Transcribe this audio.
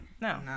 No